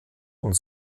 und